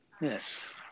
Yes